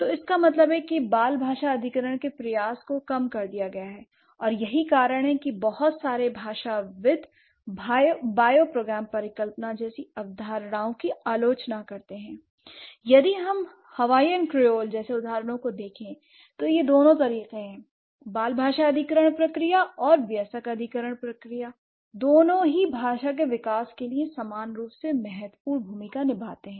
तो इसका मतलब है कि बाल भाषा अधिग्रहण के प्रयास को कम कर दिया गया है और यही कारण है कि बहुत सारे भाषाविद बायोपोग्राम परिकल्पना जैसी अवधारणा की आलोचना करते हैं l यदि हम हवाईयन क्रेले जैसे उदाहरणों को देखें तो यह दोनों तरीके हैं बाल भाषा अधिग्रहण प्रक्रिया और वयस्क अधिग्रहण प्रक्रिया दोनों ही भाषा के विकास के लिए समान रूप से महत्वपूर्ण भूमिका निभाते हैं